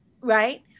right